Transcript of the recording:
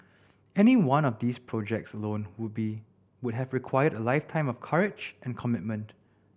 any one of these projects alone would be would have required a lifetime of courage and commitment